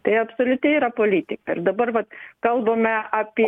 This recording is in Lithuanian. tai absoliuti yra politika ir dabar vat kalbame apie